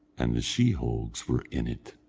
and the sheehogues were in it.